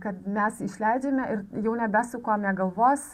kad mes išleidžiame ir jau nebesukame galvos